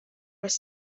was